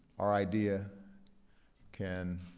our idea can